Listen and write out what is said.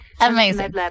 amazing